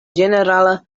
ĝenerala